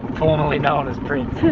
formally known as prince.